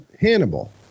Hannibal